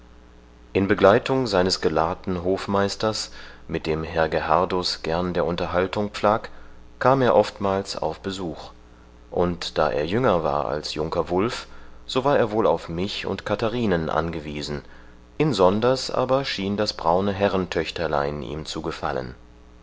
in begleitung seines gelahrten hofmeisters mit dem herr gerhardus gern der unterhaltung pflag kam er oftmals auf besuch und da er jünger war als junker wulf so war er wohl auf mich und katharinen angewiesen insonders aber schien das braune herrentöchterlein ihm zu gefallen